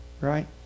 Right